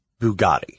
bugatti